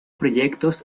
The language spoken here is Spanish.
proyectos